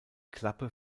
klappe